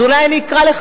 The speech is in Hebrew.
אז אולי אני אקרא לך,